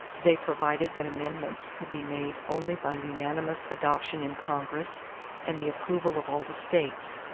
they provided that amendments could be made only by unanimous adoption in congress and the approval of all the states.